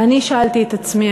ואני שאלתי את עצמי,